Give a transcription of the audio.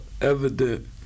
evident